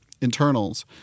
internals